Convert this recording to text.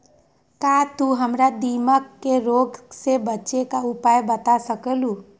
का तू हमरा दीमक के रोग से बचे के उपाय बता सकलु ह?